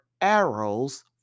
arrows